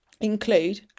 include